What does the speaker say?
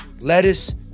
lettuce